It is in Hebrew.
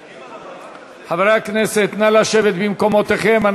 חברי הכנסת נא לשבת במקומותיכם.